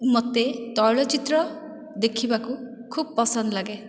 ମୋତେ ତୈଳ ଚିତ୍ର ଦେଖିବାକୁ ଖୁବ ପସନ୍ଦ ଲାଗେ